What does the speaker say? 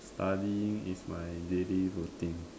studying is my daily routine